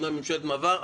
אומנם ממשלת מעבר,